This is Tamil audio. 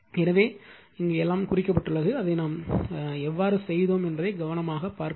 எனவே எல்லாம் குறிக்கப்பட்டுள்ளது நாம் அதை எவ்வாறு செய்தோம் என்பதை கவனமாகப் பார்க்கவும்